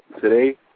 today